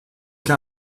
che